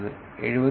73